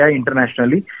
internationally